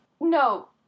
No